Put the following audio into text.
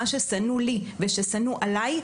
מה ששנוא לי וששנוא עליי,